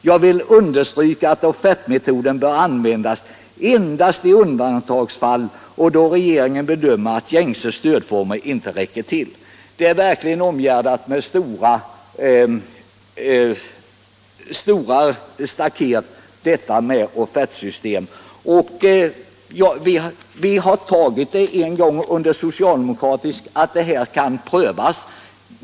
——-- Jag vill understryka att offertmetoden bör användas endast i undantagsfall och då regeringen bedömer att gängse stödformer inte räcker till.” Offertsystemet är verkligen omgärdat med höga staket. Vi har en gång under socialdemokratisk tid beslutat att systemet kan prövas.